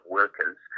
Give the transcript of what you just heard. workers